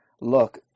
look